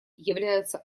являются